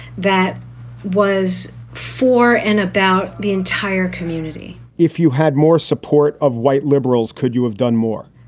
that was for and about the entire community if you had more support of white liberals, could you have done more?